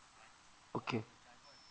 okay